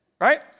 right